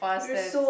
past tense